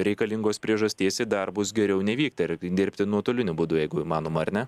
reikalingos priežasties į darbus geriau nevykti ir dirbti nuotoliniu būdu jeigu įmanoma ar ne